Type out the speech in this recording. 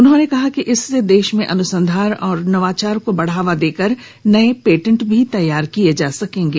उन्होंने कहा कि इससे देश में अनुसंधान और नवाचार को बढ़ावा देकर नए पेटेंट भी तैयार किए जा सकेंगे